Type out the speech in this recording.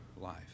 life